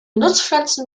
nutzpflanzen